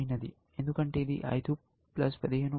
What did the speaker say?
ఎందుకంటే ఇది 15 5 20 40 అవుతుంది